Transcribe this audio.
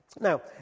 Now